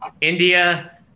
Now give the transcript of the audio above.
India